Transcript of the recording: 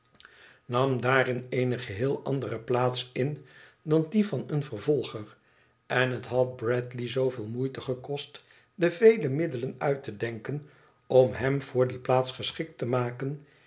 nam daarin eene geheel andere plaats in dan die van een vervolger en het had bradley zooveel moeite gekost de vele middelen uit te denken om hem voor die plaats geschikt te maken